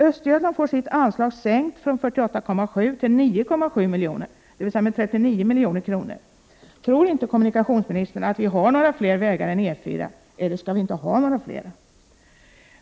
Östergötland får sitt anslag sänkt från 48,7 milj.kr. till 9,7 milj.kr., dvs. med 39 milj.kr. Tror inte kommunikationsministern att vi har några fler vägar än E 4? Eller skall vi inte ha några flera?